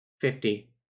Fifty